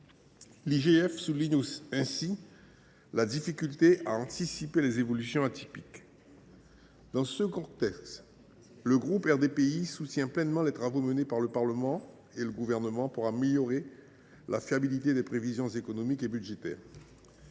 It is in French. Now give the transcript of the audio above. L’IGF souligne ainsi la difficulté à anticiper les évolutions atypiques. Dans ce contexte, le groupe RDPI soutient pleinement les travaux menés par le Parlement et le Gouvernement pour améliorer la fiabilité des prévisions économiques et budgétaires.